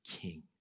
King